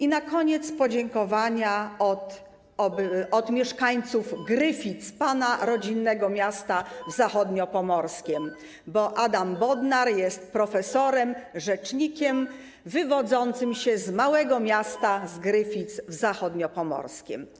A na koniec podziękowania od mieszkańców Gryfic, pana rodzinnego miasta w Zachodniopomorskiem, bo Adam Bodnar jest profesorem, rzecznikiem wywodzącym się z małego miasta, z Gryfic w Zachodniopomorskiem.